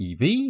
EV